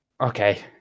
Okay